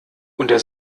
unter